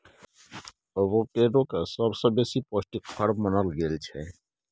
avocado केँ सबसँ बेसी पौष्टिक फर मानल गेल छै